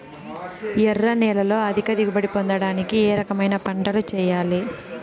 ఎర్ర నేలలో అధిక దిగుబడి పొందడానికి ఏ రకమైన పంటలు చేయాలి?